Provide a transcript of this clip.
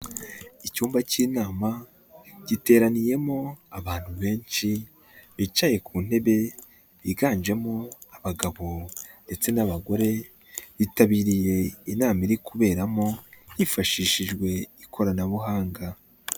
Icyumba k'inama giteraniyemo abantu benshi bicaye ku ntebe, yiganjemo abagabo ndetse n'abagore, bitabiriye inama iri kuberamo hifashishijwe ikoranabuhanga.